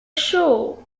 show